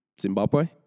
Zimbabwe